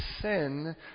sin